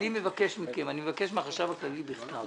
אני מבקש מכם, אני מבקש מהחשב הכללי בכתב.